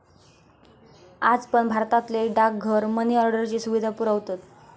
आज पण भारतातले डाकघर मनी ऑर्डरची सुविधा पुरवतत